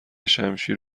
شمشیر